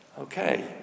Okay